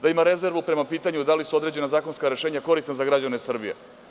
Da ima rezervu prema pitanju da li su određena zakonska rešenja korisna za građane Srbije.